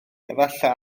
efallai